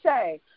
say